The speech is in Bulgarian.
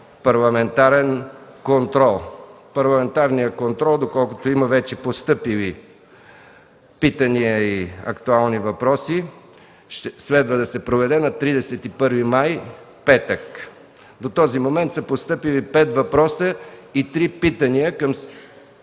парламентарен контрол. Парламентарният контрол, доколкото вече има постъпили питания и актуални въпроси, следва да се проведе на 31 май 2013 г., петък. До този момент са постъпили пет въпроса и три питания към